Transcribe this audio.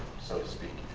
so to speak?